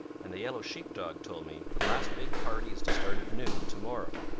and the yellow sheep dog told me the last big party is to start at noon to-morrow,